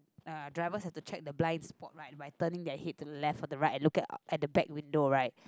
uh driver have to check the blind spot right by turning their head to the left or the right and look at the back window right